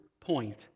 point